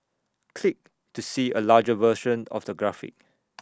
click to see A larger version of the graphic